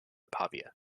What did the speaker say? pavia